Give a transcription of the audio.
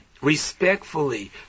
respectfully